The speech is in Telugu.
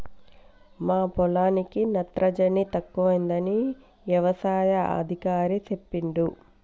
మా పొలానికి నత్రజని తక్కువైందని యవసాయ అధికారి చెప్పిండు